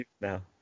now